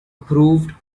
proved